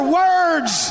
words